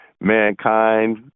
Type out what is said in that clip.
mankind